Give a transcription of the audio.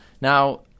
Now